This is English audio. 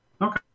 Okay